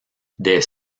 des